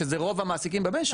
שזה רוב המעסיקים במשק.